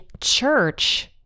church